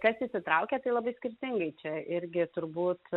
kas įsitraukė tai labai skirtingai čia irgi turbūt